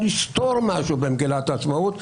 לסתור משהו במגילת העצמאות.